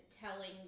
telling